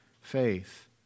faith